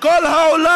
אבל לקחת קצבאות